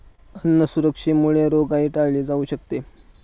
अन्न सुरक्षेमुळे रोगराई टाळली जाऊ शकते